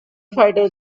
fighter